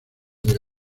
del